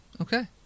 Okay